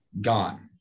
gone